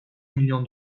milyon